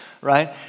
right